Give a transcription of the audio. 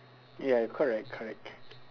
ya correct correct